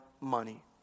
money